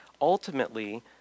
ultimately